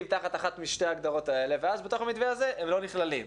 תחת אחת משתי ההגדרות האלה ואז בתוך המתווה הזה הם לא נכללים.